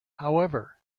however